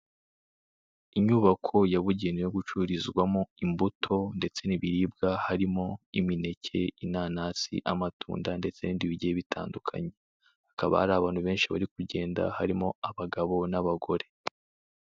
Inyubako yabugenewe yo gucururizwamo imbuto ndetse n'ibiribwa harimo; imineke, inanasi, amatunda ndetse n'ibindi bigiye bitandukanye. Hakaba hari abantu benshi bari kugenda harimo abagabo n'abagore.